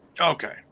okay